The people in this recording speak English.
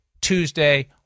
Tuesday